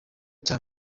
cya